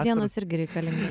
dienos irgi reikalingos